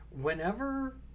whenever